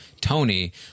Tony